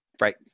Right